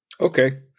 Okay